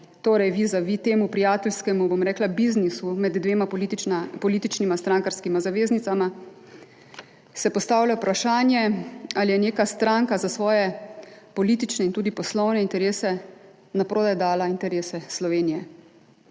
Torej, vizavi temu prijateljskemu, bom rekla, biznisu med dvema političnima strankarskima zaveznicama se postavlja vprašanje, ali je neka stranka za svoje politične in tudi poslovne interese naprodaj dala interese Slovenije.